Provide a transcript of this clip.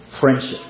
friendship